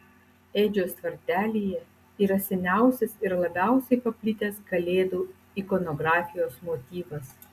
ėdžios tvartelyje yra seniausias ir labiausiai paplitęs kalėdų ikonografijos motyvas